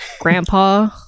Grandpa